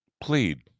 Plead